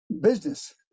business